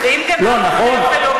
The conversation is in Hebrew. לא, נכון?